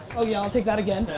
oh yeah i'll take that again,